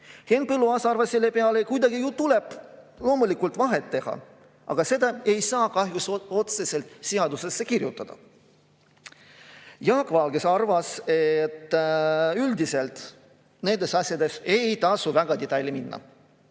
Henn Põlluaas arvas selle peale, et kuidagi tuleb loomulikult vahet teha, aga seda ei saa kahjuks otseselt seadusesse kirjutada. Jaak Valge arvas, et üldiselt nendes asjades ei tasu väga detailidesse minna,